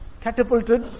catapulted